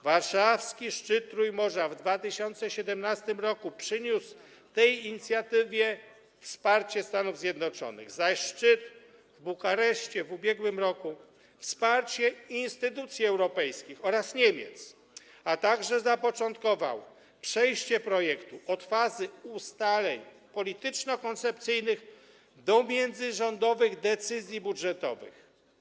Warszawski szczyt Trójmorza w 2017 r. przyniósł tej inicjatywie wsparcie Stanów Zjednoczonych, zaś szczyt w Bukareszcie w ubiegłym roku wsparcie instytucji europejskich oraz Niemiec, a także zapoczątkował przejście projektu od fazy ustaleń polityczno-koncepcyjnych do międzyrządowych decyzji budżetowych.